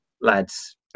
lads